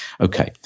okay